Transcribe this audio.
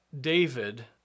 David